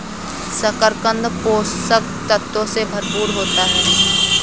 शकरकन्द पोषक तत्वों से भरपूर होता है